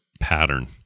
Pattern